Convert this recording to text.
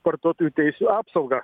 vartotojų teisių apsaugą